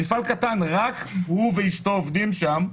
רק הוא ואישתו עובדים שם,